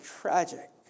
tragic